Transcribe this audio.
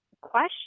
question